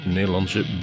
Nederlandse